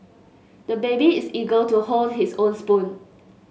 the baby is eager to hold his own spoon